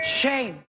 Shame